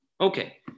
Okay